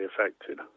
affected